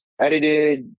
edited